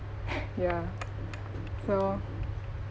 ya so